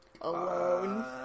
alone